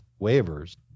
waivers